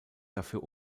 dafür